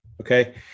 Okay